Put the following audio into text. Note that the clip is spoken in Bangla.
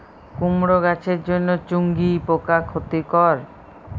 কুমড়ো গাছের জন্য চুঙ্গি পোকা ক্ষতিকর?